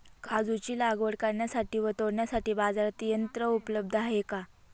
काजूची लागवड करण्यासाठी व तोडण्यासाठी बाजारात यंत्र उपलब्ध आहे का?